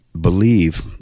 believe